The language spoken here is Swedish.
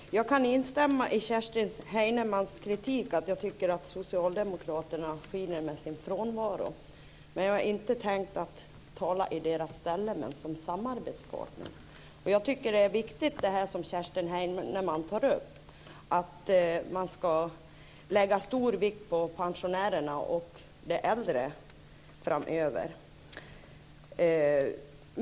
Fru talman! Jag kan instämma i Kerstin Heinemanns kritik. Jag tycker att socialdemokraterna skiner med sin frånvaro. Jag har inte tänkt tala i deras ställe men som samarbetspartner. Jag tycker att det som Kerstin Heinemann tar upp om att man ska lägga stor vikt vid pensionärerna och de äldre framöver är viktigt.